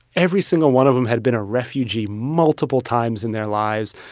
every single one of them had been a refugee multiple times in their lives.